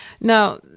Now